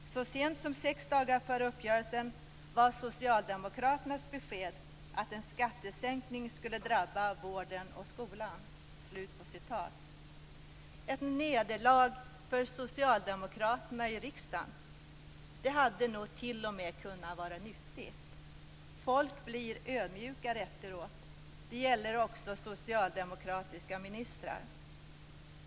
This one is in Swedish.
- Så sent som sex dagar före uppgörelsen var socialdemokraternas besked att en skattesänkning skulle drabba vården och skolan." Ett nederlag för socialdemokraterna i riksdagen hade nog t.o.m. kunnat vara nyttigt. Folk blir ödmjukare efteråt - det gäller också socialdemokratiska ministrar.